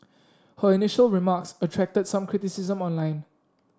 her initial remarks attracted some criticism online